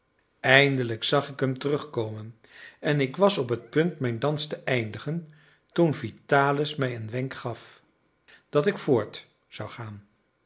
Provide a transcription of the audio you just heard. eindelijk zag ik hem terugkomen en ik was op het punt mijn dans te eindigen toen vitalis mij een wenk gaf dat ik voort zou gaan